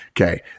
Okay